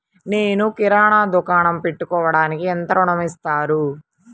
నేను కిరాణా దుకాణం పెట్టుకోడానికి ఎంత ఋణం ఇస్తారు?